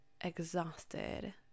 exhausted